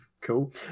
Cool